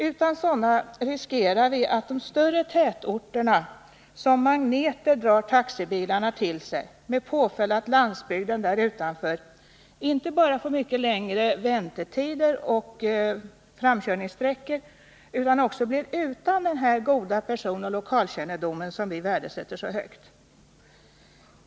Utan sådana riskerar vi att de större tätorterna som magneter drar taxibilarna till sig med påföljd att landsbygden där utanför inte bara får mycket längre väntetider och framkörningssträckor utan också blir utan den goda lokaloch personkännedom som vi värdesätter så högt.